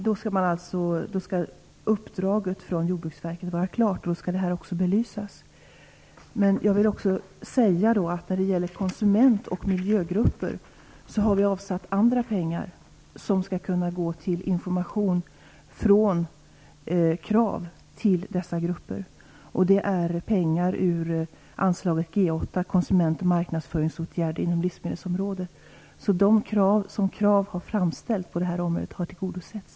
Då skall uppdraget från Jordbruksverket vara klart och även denna fråga belysas. När det gäller konsument och miljögrupper har vi avsatt andra pengar som skall kunna gå till information till dessa grupper. Det är pengar ur anslaget G 8, Konsument och marknadsföringsåtgärder inom livsmedelsområdet. De krav som KRAV har framställt på detta område har tillgodosetts.